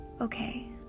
Okay